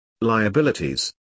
Liabilities